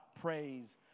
praise